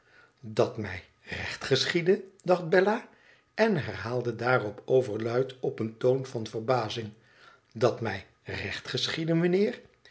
dat mij recht geschiede dacht bella en herhaalde daarop overluid op een toon van verbazing i dat mij recht geschiede mijnheer